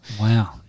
Wow